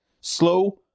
slow